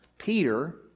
Peter